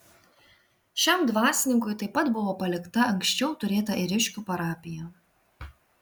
šiam dvasininkui taip pat buvo palikta anksčiau turėta ėriškių parapija